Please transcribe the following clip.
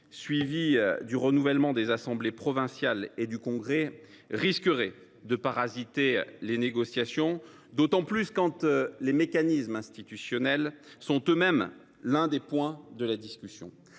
suivie du renouvellement des assemblées provinciales et du congrès, risquerait de parasiter les négociations, d’autant plus que les mécanismes institutionnels sont eux mêmes l’un des points de la discussion.